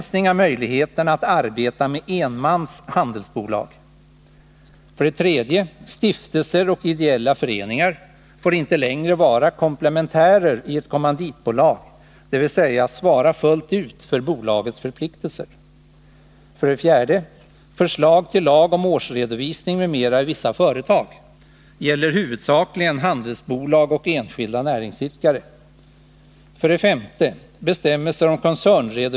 Stiftelser och ideella föreningar får inte längre vara komplementärer i ett kommanditbolag, dvs. svara fullt ut för bolagets förpliktelser. 4. Förslag till lag om årsredovisning m.m. i vissa företag. Detta gäller huvudsakligen handelsbolag och enskilda näringsidkare.